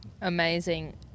Amazing